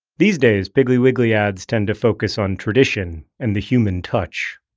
these days, piggly wiggly ads tend to focus on tradition, and the human touch.